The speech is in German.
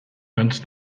ganz